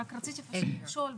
רציתי לשאול,